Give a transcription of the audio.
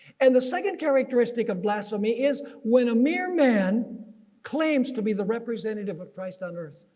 and the second characteristic of blasphemy is when a mere man claims to be the representative of christ on earth.